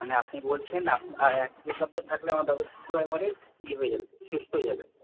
মানে আপনি বলছেন এক দু সপ্তাহ থাকলে আমার দাদু পুরো একেবারে ইয়ে হয়ে যাবে সুস্থ হয়ে যাবে